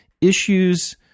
issues